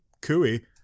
cooey